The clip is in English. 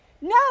No